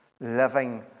living